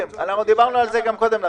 נחדש אותה נודיע לחברים.